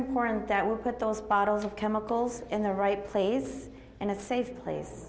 important that we put those bottles of chemicals in the right place in a safe place